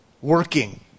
working